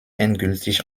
endgültig